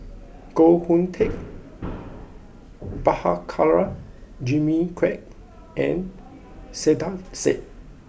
Koh Hoon Teck Prabhakara Jimmy Quek and Saiedah Said